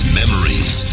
memories